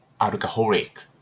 alcoholic